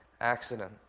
accident